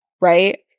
right